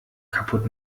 kaputt